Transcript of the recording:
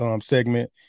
segment